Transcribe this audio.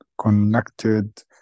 connected